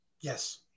Yes